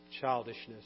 Childishness